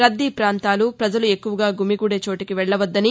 రద్దీ ప్రాంతాలు ప్రజలు ఎక్కువగా గుమికూడే చోటికి వెళ్లవద్దని